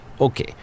Okay